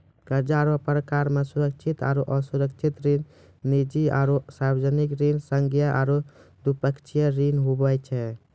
कर्जा रो परकार मे सुरक्षित आरो असुरक्षित ऋण, निजी आरो सार्बजनिक ऋण, संघीय आरू द्विपक्षीय ऋण हुवै छै